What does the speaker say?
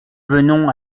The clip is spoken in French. venons